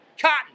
cotton